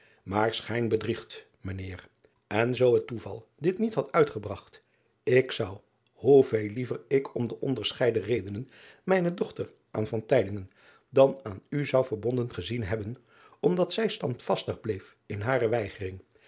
maar schijn bedriegt mijn eer en zoo het toeval dit niet had uitgebragt ik zou hoe veel liever ik om onderscheiden redenen mijne dochter aan dan aan u zou verbonden gezien hebben omdat zij standvastig bleef in hare